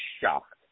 shocked